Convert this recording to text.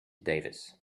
davis